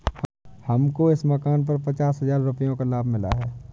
हमको इस मकान पर पचास हजार रुपयों का लाभ मिला है